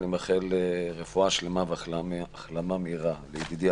אני מאחל רפואה שלמה והחלמה מהירה לידידי,